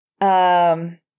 Um-